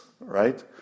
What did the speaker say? right